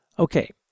Okay